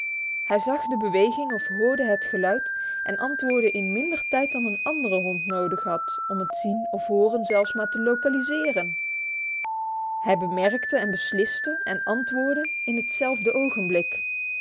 hij zag de beweging of hoorde het geluid en antwoordde in minder tijd dan een andere hond nodig had om het zien of horen zelfs maar te localiseren hij bemerkte en besliste en antwoordde in hetzelfde ogenblik